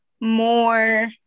more